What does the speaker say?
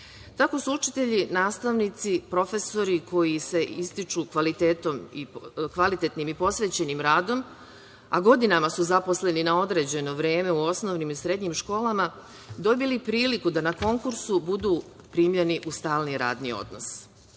Tako su učitelji, nastavnici, profesori koji se ističu kvalitetnim i posvećenim radom, a godinama su zaposleni na određeno vreme u osnovnim i srednjim školama dobili priliku da na konkursu budu primljeni u stalni radni odnos.